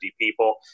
people